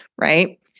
right